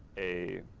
a